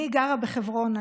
אני גרה בחברון.